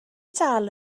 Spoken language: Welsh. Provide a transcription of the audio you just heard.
dal